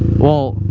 well